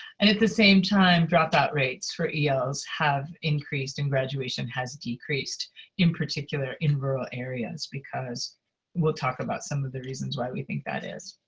and at the same time dropout rates for els have increased and graduation has decreased in particular in rural areas because we'll talk about some of the reasons why we think that is.